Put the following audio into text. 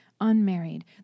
unmarried